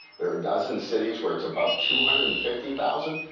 there are a dozen cities where it's above two hundred and fifty thousand.